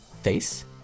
Face